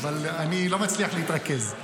אבל אני לא מצליח להתרכז.